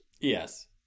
Yes